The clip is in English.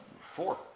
four